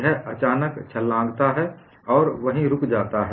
यह अचानक छंलागता है और वहीं रुक जाता है